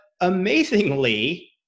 amazingly